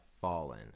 fallen